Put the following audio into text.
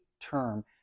term